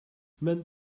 mend